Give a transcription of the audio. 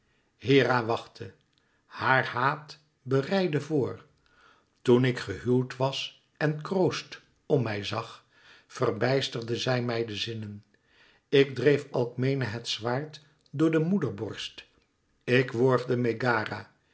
hera wachtte haar haat bereidde voor toen ik gehuwd was en kroost om mij zag verbijsterde zij mij de zinnen ik dreef alkmene het zwaard door de moederborst ik worgde megara